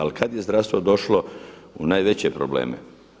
Ali kada je zdravstvo došlo u najveće probleme?